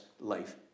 life